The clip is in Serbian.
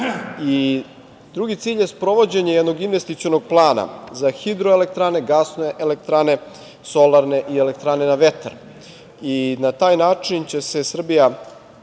Drugi cilj je sprovođenje jednog investicionog plana za hidroelektrane, gasne elektrane, solarne i elektrane na vetar. Na taj način će se Srbija